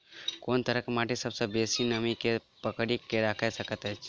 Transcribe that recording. कोन तरहक माटि सबसँ बेसी नमी केँ पकड़ि केँ राखि सकैत अछि?